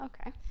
okay